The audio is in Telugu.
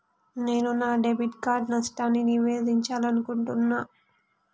నేను నా డెబిట్ కార్డ్ నష్టాన్ని నివేదించాలనుకుంటున్నా